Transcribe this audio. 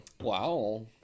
Wow